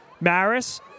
Maris